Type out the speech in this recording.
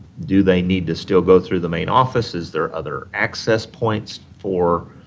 do they need to still go through the main office? is there other access points for,